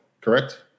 correct